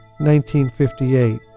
1958